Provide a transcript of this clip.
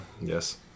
yes